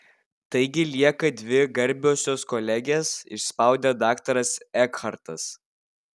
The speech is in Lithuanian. taigi lieka dvi garbiosios kolegės išspaudė daktaras ekhartas